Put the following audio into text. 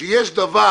שיש דבר